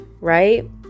Right